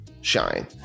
shine